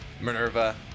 Minerva